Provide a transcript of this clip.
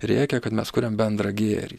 rėkia kad mes kuriam bendrą gėrį